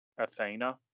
Athena